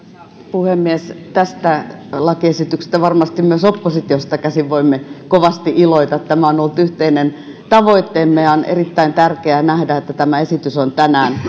puhemies tästä lakiesityksestä varmasti myös oppositiosta käsin voimme kovasti iloita tämä on ollut yhteinen tavoitteemme ja on erittäin tärkeää nähdä että tämä esitys on tänään